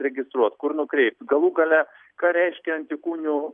registruot kur nukreipt galų gale ką reiškia antikūnių